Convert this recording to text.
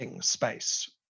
space